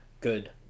Good